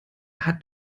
hat